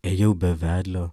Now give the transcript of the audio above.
ėjau be vedlio